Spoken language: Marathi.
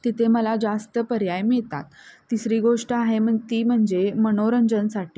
तिथे मला जास्त पर्याय मिळतात तिसरी गोष्ट आहे मग ती म्हणजे मनोरंजनासाठी